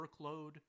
workload